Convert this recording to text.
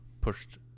pushed